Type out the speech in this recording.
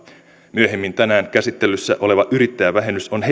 myöhemmin tänään käsittelyssä oleva yrittäjävähennys on